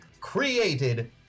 created